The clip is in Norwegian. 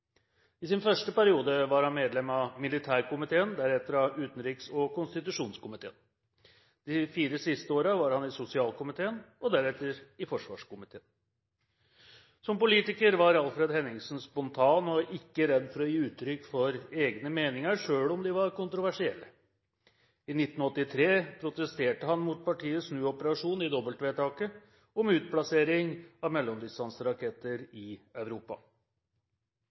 I sin første periode var han medlem av militærkomiteen, deretter av utenriks- og konstitusjonskomiteen. De fire siste årene var han i sosialkomiteen, og deretter i forsvarskomiteen. Som politiker var Alfred Henningsen spontan og ikke redd for å gi uttrykk for egne meninger, selv om de var kontroversielle. I 1983 protesterte han mot partiets snuoperasjon i dobbeltvedtaket om utplassering av mellomdistanseraketter i Europa.